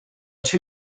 two